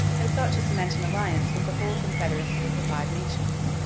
and sought to cement an alliance with the whole confederacy of the five nations.